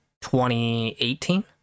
2018